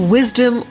Wisdom